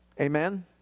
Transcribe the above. Amen